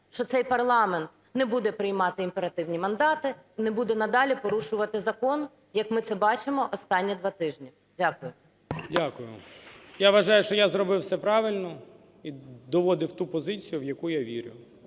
що цей парламент не буде приймати імперативні мандати, не буде надалі порушувати закон, як ми це бачимо останні два тижні? Дякую. 11:10:55 РАЗУМКОВ Д.О. Дякую. Я вважаю, що я зробив все правильно, і доводив ту позицію, в яку я вірю,